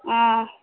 ஆ